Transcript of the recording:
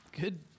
Good